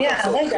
כן.